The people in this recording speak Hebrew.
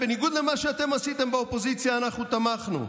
בניגוד למה שעשיתם באופוזיציה, אנחנו תמכנו,